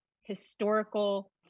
historical